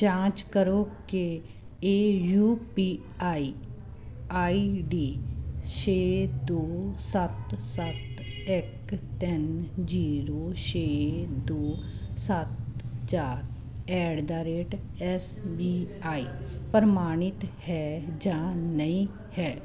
ਜਾਂਚ ਕਰੋ ਕਿ ਇਹ ਯੂਪੀਆਈ ਆਈਡੀ ਛੇ ਦੋ ਸੱਤ ਸੱਤ ਇੱਕ ਤਿੰਨ ਜ਼ੀਰੋ ਛੇ ਦੋ ਸੱਤ ਚਾਰ at the rate S B I ਪ੍ਰਮਾਣਿਤ ਹੈ ਜਾਂ ਨਹੀਂ ਹੈ